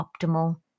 optimal